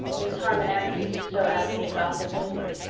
mrs. harmon andrews, so avonlea gossip whispered,